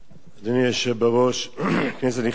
אדוני היושב בראש, כנסת נכבדה,